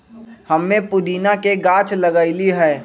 हम्मे पुदीना के गाछ लगईली है